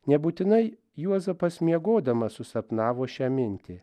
nebūtinai juozapas miegodamas susapnavo šią mintį